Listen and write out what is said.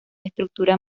estructura